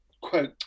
quote